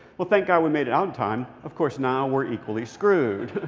well, thank god we made it out in time. of course, now, we're equally screwed.